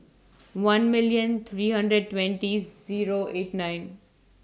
one million three hundred twenty Zero eight nine